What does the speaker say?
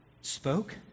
spoke